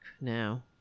now